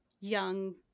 young